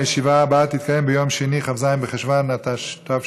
הישיבה הבאה תתקיים ביום שני, כ"ז בחשוון התשע"ט,